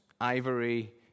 ivory